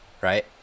right